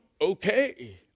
okay